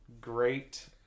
great